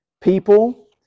People